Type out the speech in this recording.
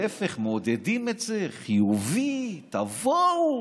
להפך, מעודדים את זה: חיובי, תבואו.